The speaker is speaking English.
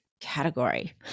category